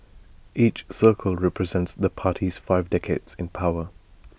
each circle represents the party's five decades in power